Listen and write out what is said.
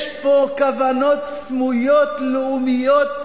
יש פה כוונות סמויות לאומיות,